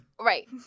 Right